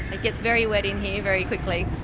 it gets very wet in here very quickly.